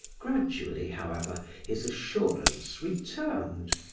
gradually, however, his assurance returned,